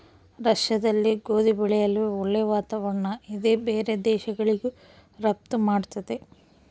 ರಷ್ಯಾದಲ್ಲಿ ಗೋಧಿ ಬೆಳೆಯಲು ಒಳ್ಳೆ ವಾತಾವರಣ ಇದೆ ಬೇರೆ ದೇಶಗಳಿಗೂ ರಫ್ತು ಮಾಡ್ತದೆ